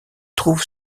trouve